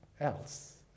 else